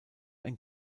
ein